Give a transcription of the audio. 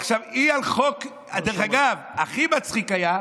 עכשיו, היא על חוק, דרך אגב, הכי מצחיק היה,